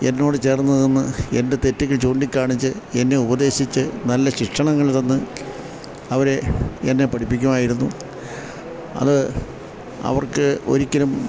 എന്നോട് ചേർന്നുനിന്ന് എൻ്റെ തെറ്റൊക്കെ ചൂണ്ടിക്കാണിച്ച് എന്നെ ഉപദേശിച്ച് നല്ല ശിക്ഷണങ്ങള് തന്ന് അവരെന്നെ പഠിപ്പിക്കുമായിരുന്നു അത് അവർക്കൊരിക്കലും